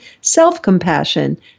self-compassion